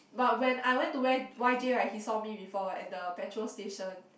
but when I went to where Y_J right he saw me before at the petrol station